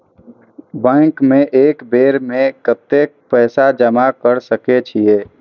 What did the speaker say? Bank में एक बेर में कतेक पैसा जमा कर सके छीये?